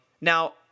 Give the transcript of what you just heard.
Now